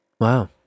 Wow